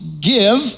give